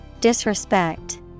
Disrespect